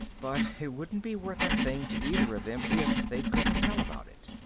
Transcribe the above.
but it wouldn't be worth a thing to either of them if they couldn't tell about it.